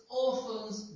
orphans